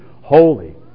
holy